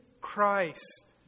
Christ